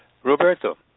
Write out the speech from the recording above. Roberto